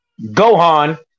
Gohan